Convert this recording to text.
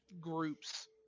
groups